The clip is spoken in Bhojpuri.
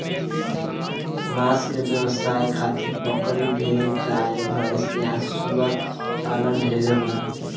मांस के व्यवसाय खातिर बकरी, भेड़, गाय भैस आ सूअर पालन ढेरे होला